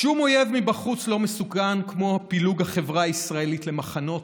שום אויב מבחוץ לא מסוכן כמו פילוג החברה הישראלית למחנות,